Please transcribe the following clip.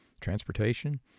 transportation